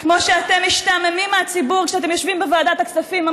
כמו שאתם משתעממים מהציבור כשאתם יושבים בוועדת הכספים.